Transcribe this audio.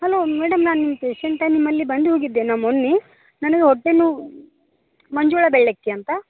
hello madam ನಾನು ನಿಮ್ಮ ಪೇಶಂಟೆ ನಿಮ್ಮಲ್ಲಿ ಬಂದು ಹೋಗಿದ್ದೆ ನಾ ಮೊನ್ನೆ ನನಗೆ ಹೊಟ್ಟೆ ನೋವು ಮಂಜುಳಾ ಬೆಳ್ಳಕ್ಕಿ ಅಂತ